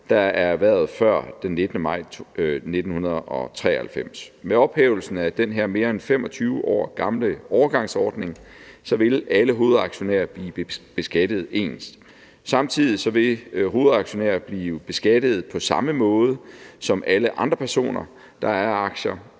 er erhvervet før den 19. maj 1993. Med ophævelsen af den her mere end 25 år gamle overgangsordning vil alle hovedaktionærer blive beskattet ens. Samtidig vil hovedaktionærer blive beskattet på samme måde som alle andre personer, der ejer aktier.